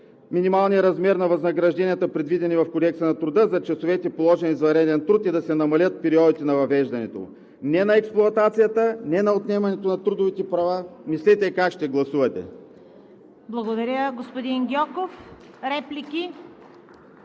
минималният размер на възнагражденията, предвидени в Кодекса на труда, за часовете положен извънреден труд и да се намалят периодите на въвеждането му. Не на експлоатацията, не на отнемането на трудовите права! Мислете как ще гласувате. ПРЕДСЕДАТЕЛ ЦВЕТА КАРАЯНЧЕВА: Благодаря, господин Гьоков. Реплики?